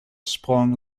sprong